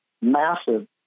massive